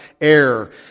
air